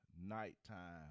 nighttime